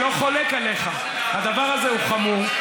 אני לא חולק עליך, הדבר הזה הוא חמור.